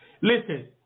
Listen